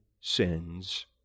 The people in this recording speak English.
sins